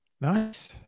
Nice